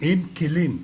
עם כלים,